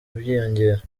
byiyongera